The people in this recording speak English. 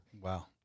wow